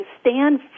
stand